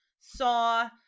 saw